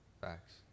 Facts